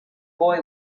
boy